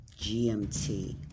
GMT